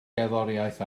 gerddoriaeth